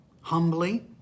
humbly